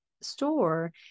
store